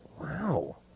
Wow